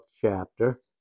chapter